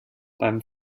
beim